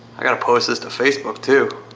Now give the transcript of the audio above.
i gotta post this to facebook too.